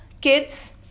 kids